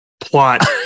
plot